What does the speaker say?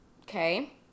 Okay